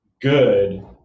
good